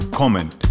comment